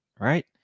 Right